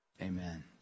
amen